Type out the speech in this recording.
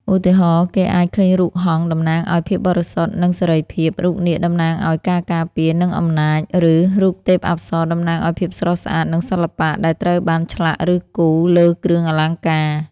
ឧទាហរណ៍ គេអាចឃើញរូបហង្ស (តំណាងឱ្យភាពបរិសុទ្ធ និងសេរីភាព) រូបនាគ (តំណាងឱ្យការការពារ និងអំណាច) ឬរូបទេពអប្សរ (តំណាងឱ្យភាពស្រស់ស្អាត និងសិល្បៈ) ដែលត្រូវបានឆ្លាក់ ឬគូរលើគ្រឿងអលង្ការ។